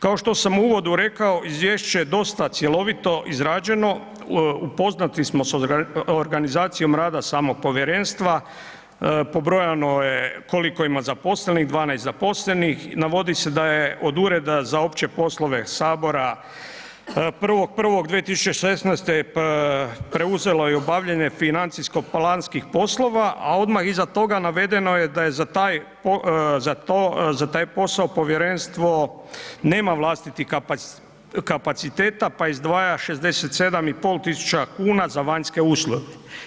Kao što sam u uvodu rekao, izvješće je dosta cjelovito izrađeno, upoznati smo s organizacijom rada samog povjerenstva, pobrojano je koliko ima zaposlenih, 12 zaposlenih, navodi se da je od Ureda za opće poslove sabora 1.1.2016. preuzelo i obavljanje financijsko-planskih poslova, a odmah iza toga navedeno je da je za taj, za to, za taj posao povjerenstvo nema vlastitih kapaciteta pa izdvaja 67.500 kuna za vanjske usluge.